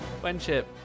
Friendship